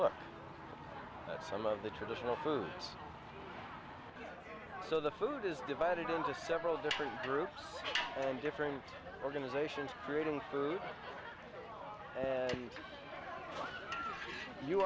look at some of the traditional foods so the food is divided into several different groups and different organizations creating food if you